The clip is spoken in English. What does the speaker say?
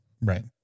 right